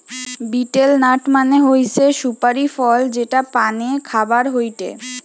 betel nut মানে হৈসে সুপারি ফল যেটা পানে খাওয়া হয়টে